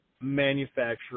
manufacture